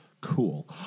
Cool